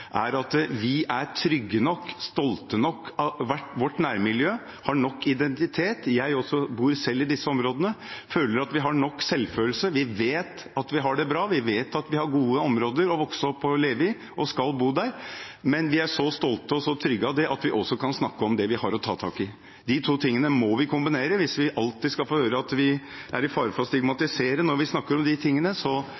Vi er trygge nok, stolte nok. Vårt nærmiljø har nok identitet – jeg bor selv i disse områdene og føler at vi har nok selvfølelse – vi vet at vi har det bra, vi vet at vi har gode områder å vokse opp i og leve i, og skal bo der, men vi er så stolte av det og så trygge i det at vi også kan snakke om det vi har å ta tak i. De to tingene må vi kombinere. Hvis vi alltid skal få høre at vi står i fare for å